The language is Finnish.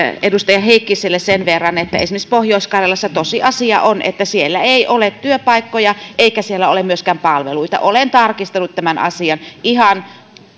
edustaja heikkiselle sen verran että esimerkiksi pohjois karjalassa tosiasia on että siellä ei ole työpaikkoja eikä siellä ole myöskään palveluita olen tarkistanut tämän asian ihan